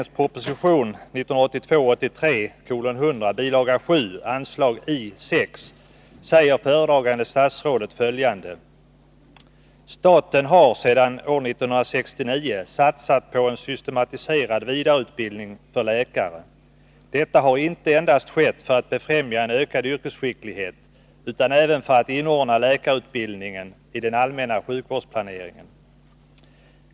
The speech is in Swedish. ”Staten har sedan år 1969 ——— satsat på en systematiserad vidareutbildning för läkarna. Detta har inte endast skett för att befrämja en ökad yrkesskicklighet utan även för att inordna läkarutbildningen i den allmänna sjukvårdsplaneringen.